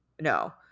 No